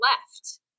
left